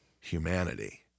humanity